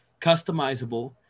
customizable